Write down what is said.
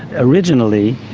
originally,